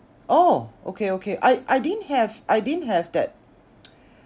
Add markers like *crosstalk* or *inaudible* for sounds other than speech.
oh okay okay I I didn't have I didn't have that *noise*